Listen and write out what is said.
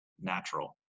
natural